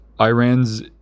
iran's